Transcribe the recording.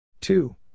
two